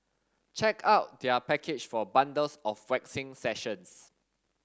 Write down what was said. check out their package for bundles of waxing sessions